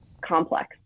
complex